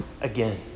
again